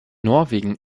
norwegen